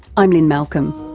i'm lynne malcolm.